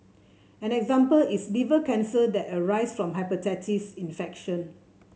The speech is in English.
an example is liver cancer that arises from hepatitis infection